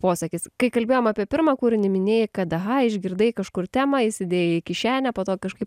posakis kai kalbėjom apie pirmą kūrinį minėjai kad aha išgirdai kažkur temą įsidėjai į kišenę po to kažkaip